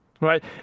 right